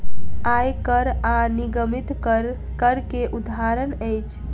आय कर आ निगमित कर, कर के उदाहरण अछि